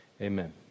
amen